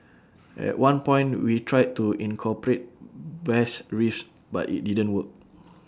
at one point we tried to incorporate bass riffs but IT didn't work